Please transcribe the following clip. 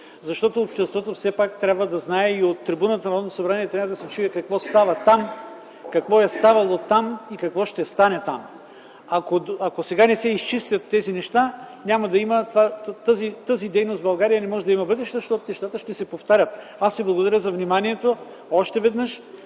защото обществото все пак трябва да знае и от трибуната на Народното събрание трябва да се чуе какво става там, какво е ставало там, и какво ще стане там. Ако сега не се изчистят тези неща, няма да я има тази дейност в България, тя не може да има бъдеще, защото нещата ще се повтарят. Аз Ви благодаря за вниманието още веднъж.